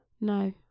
No